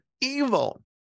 evil